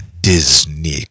Disney